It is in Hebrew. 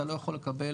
אתה לא יכול לקבל,